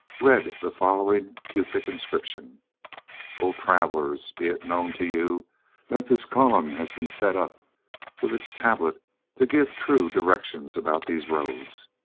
read the following cufic inscription o travellers! be it known to you that this column has been set up with its tablet to give true directions about these roads.